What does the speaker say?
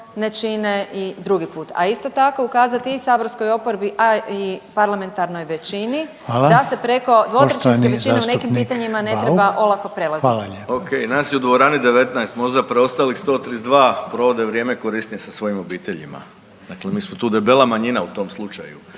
ne čine i drugi put. A isto tako ukazati i saborskoj oporbi a i parlamentarnoj većini da se preko dvotrećinske većine u nekim pitanjima ne treba olako prelaziti.